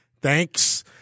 thanks